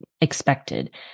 expected